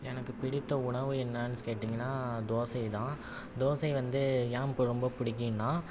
எனக்கு பிடித்த உணவு என்னனு கேட்டீங்கன்னா தோசைதான் தோசை வந்து ஏன் இப்போ ரொம்ப பிடிக்கும்னா